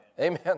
Amen